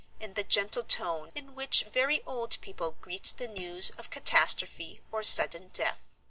in the gentle tone in which very old people greet the news of catastrophe or sudden death.